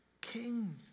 King